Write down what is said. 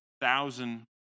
thousand